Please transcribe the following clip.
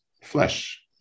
flesh